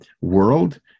world